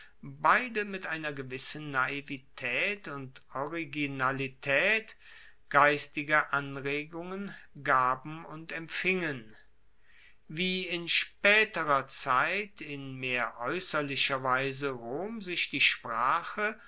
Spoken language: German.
beide mit einer gewissen naivitaet und originalitaet geistige anregungen gaben und empfingen wie in spaeterer zeit in mehr aeusserlicher weise rom sich die sprache